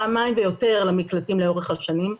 פעמיים ויותר למקלטים לאורך השנים,